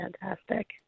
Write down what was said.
fantastic